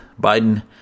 Biden